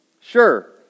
Sure